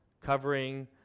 covering